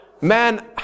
Man